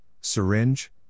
syringe